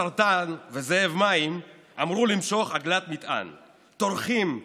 סרטן וזאב מים / אמרו למשוך עגלת מטען / טורחים,